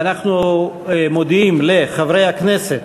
ואנחנו מודיעים לחברי הכנסת,